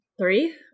Three